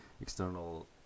external